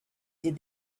did